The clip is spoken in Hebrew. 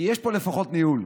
כי יש פה לפחות ניהול.